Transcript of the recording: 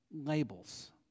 labels